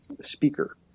speaker